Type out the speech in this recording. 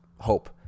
hope